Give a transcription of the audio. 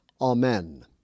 Amen